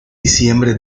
diciembre